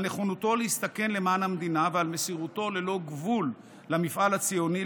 על נכונותו להסתכן למען המדינה ועל מסירותו ללא גבול למפעל הציוני,